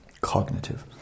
Cognitive